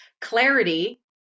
clarity